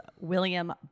William